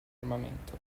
armamento